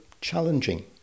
challenging